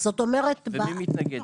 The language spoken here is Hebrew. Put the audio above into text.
ומי מתנגד?